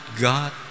God